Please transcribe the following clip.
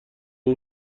اون